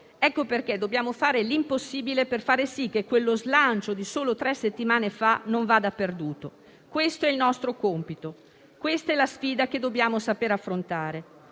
Ecco perché dobbiamo fare l'impossibile per fare sì che quello slancio di solo tre settimane fa non vada perduto. Questo è il nostro compito; questa è la sfida che dobbiamo sapere affrontare.